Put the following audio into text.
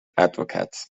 advocates